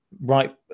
right